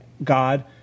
God